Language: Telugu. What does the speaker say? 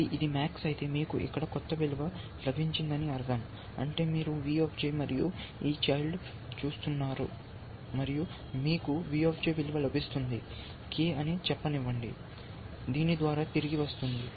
కాబట్టి ఇది MAX అయితే మీకు ఇక్కడ కొంత విలువ లభించిందని అర్థం అంటే మీరు V మరియు ఈ చైల్డ్ను చూస్తున్నారు మరియు మీకు V విలువ లభిస్తుంది k అని చెప్పనివ్వండి దీని ద్వారా తిరిగి వస్తుంది